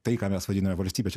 tai ką mes vadiname valstybe čia